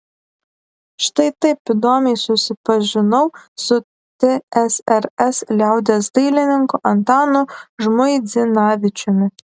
štai taip įdomiai susipažinau su tsrs liaudies dailininku antanu žmuidzinavičiumi